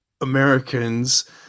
Americans